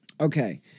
Okay